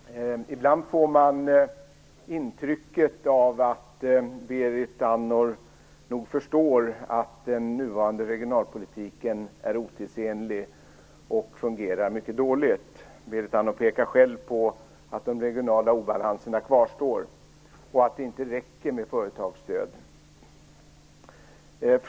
Fru talman! Ibland får man intrycket av att Berit Andnor nog förstår att den nuvarande regionalpolitiken är otidsenlig och fungerar mycket dåligt. Berit Andnor pekar själv på att de regionala obalanserna kvarstår och att det inte räcker med företagsstöd.